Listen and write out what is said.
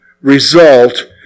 result